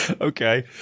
Okay